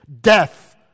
death